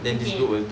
okay